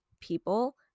people